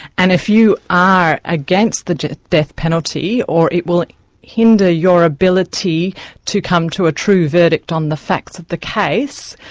and if you are against the death penalty, or it will hinder your ability to come to a true verdict on the facts of the case,